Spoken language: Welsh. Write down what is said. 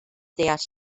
deall